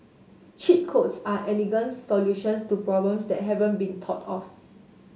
cheat codes are elegant solutions to problems that haven't been thought of